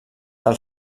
del